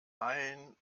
ein